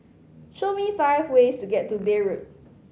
show me five ways to get to Beirut